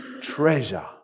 treasure